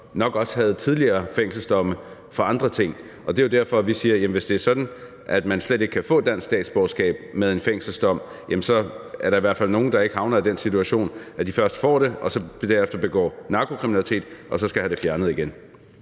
nok også havde tidligere fængselsdomme for andre ting. Og det er jo derfor, vi siger, at hvis det er sådan, at man slet ikke kan få dansk statsborgerskab med en fængselsdom, jamen så er der i hvert fald nogle, der ikke havner i den situation, at de først får det og derefter begår narkokriminalitet og så skal have det taget